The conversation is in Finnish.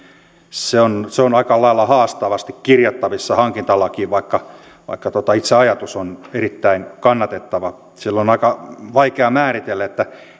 on aika lailla haastavasti kirjattavissa hankintalakiin vaikka vaikka itse ajatus on erittäin kannatettava sillä on aika vaikea määritellä